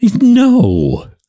No